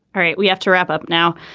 all right. we have to wrap up now.